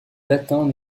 latin